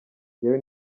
njyewe